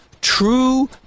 true